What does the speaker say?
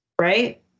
Right